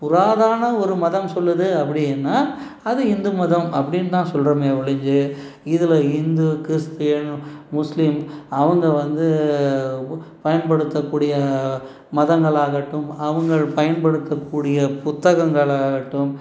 புராதான ஒரு மதம் சொல்லுது அப்படின்னா அது ஹிந்து மதம் அப்படின்னு தான் சொல்கிறோமே ஒழிஞ்சு இதில் ஹிந்து கிறிஸ்டியன் முஸ்லீம் அவங்க வந்து பயன்படுத்தக்கூடிய மதங்களாகட்டும் அவங்கள் பயன்படுத்தக்கூடிய புத்தகங்களாகட்டும்